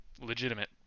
legitimate